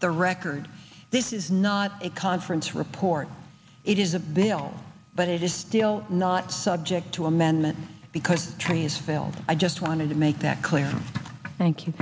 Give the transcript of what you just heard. the record this is not a conference report it is a bill but it is still not subject to amendment because trees failed i just wanted to make that clear thank you